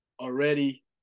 already